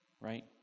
right